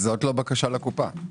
זו בקשת הקופה.